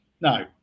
No